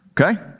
okay